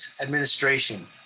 administration